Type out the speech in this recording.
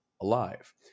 alive